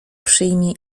przyjmie